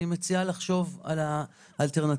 אני מציעה לחשוב על האלטרנטיבות.